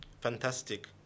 fantastic